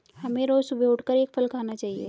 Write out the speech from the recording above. हमें रोज सुबह उठकर एक फल खाना चाहिए